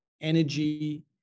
energy